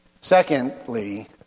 Secondly